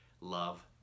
love